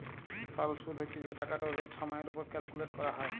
সরল সুদ্ হছে যে টাকাটর রেট সময়ের উপর ক্যালকুলেট ক্যরা হ্যয়